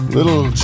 Little